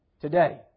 Today